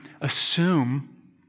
assume